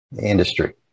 industry